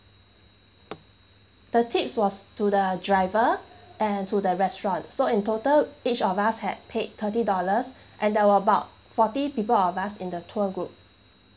the tips was to the driver and to the restaurant so in total each of us had paid thirty dollars and there were about forty people of us in the tour group